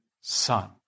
son